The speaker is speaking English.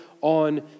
on